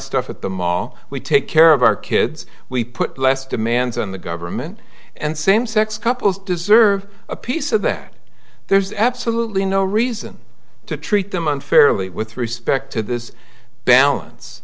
stuff at the mall we take care of our kids we put less demands on the government and same sex couples deserve a piece of that there's absolutely no reason to treat them unfairly with respect to this balance